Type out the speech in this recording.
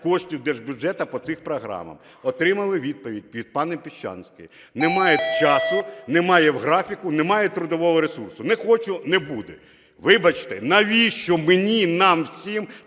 коштів держбюджету по цих програмах. Отримали відповідь від пані Піщанської: немає часу, немає в графіку, немає трудового ресурсу, не хочу, не буду. Вибачте, навіщо мені, нам всім